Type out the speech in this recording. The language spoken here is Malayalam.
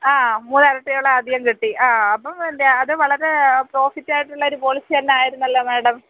ആ മൂന്നിരട്ടിയോളം അധികം കിട്ടി ആ അപ്പം പിന്നെ അത് വളരെ പ്രോഫിറ്റായിട്ടുള്ളൊരു പോളിസി തന്നെയായിരുന്നല്ലോ മാഡം